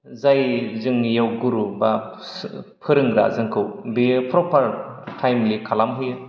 जाय जोंनि योग गुरु बा फोरोंग्रा जोंखौ बेयो प्रपार टाइमलि खालामहोयो